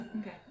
okay